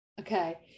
okay